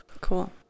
cool